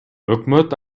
өкмөт